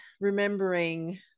remembering